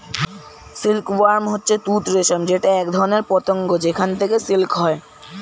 silk worm হচ্ছে তুত রেশম যেটা একধরনের পতঙ্গ যেখান থেকে সিল্ক হয়